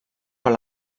per